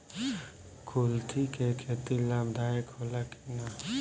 कुलथी के खेती लाभदायक होला कि न?